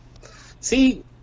See